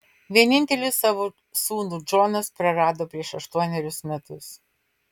vienintelį savo sūnų džonas prarado prieš aštuonerius metus